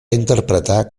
interpretar